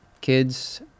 kids